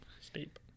steep